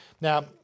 Now